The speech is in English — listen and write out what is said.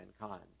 mankind